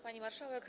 Pani Marszałek!